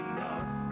Enough